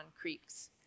creeks